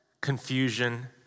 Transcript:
confusion